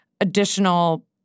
additional